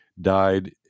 died